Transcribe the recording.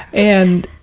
and,